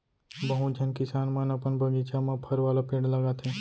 बहुत झन किसान मन अपन बगीचा म फर वाला पेड़ लगाथें